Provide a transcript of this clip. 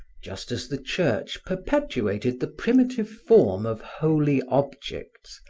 just as the church perpetuated the primitive form of holy objects,